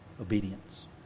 obedience